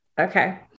Okay